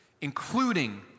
including